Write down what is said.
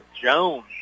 Jones